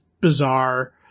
bizarre